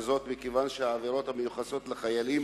וזאת מכיוון שהעבירות המיוחסות לחיילים